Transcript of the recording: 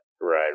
right